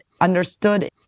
understood